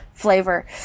flavor